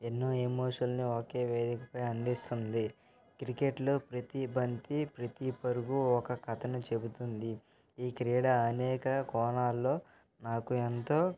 ఎన్నో ఎమోషనల్ని ఒకే వేదికపై అందిస్తుంది క్రికెట్లో ప్రతీ బంతి ప్రతీ పరుగు ఒక కథను చెబుతుంది ఈ క్రీడ అనేక కోణాల్లో నాకు ఎంతో